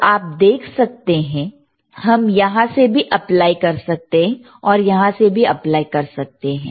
तो आप देख सकते हम यहां से भी अप्लाई कर सकते हैं और यहां से भी अप्लाई कर सकते हैं